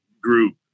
group